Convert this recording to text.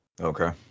Okay